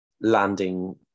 landing